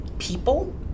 people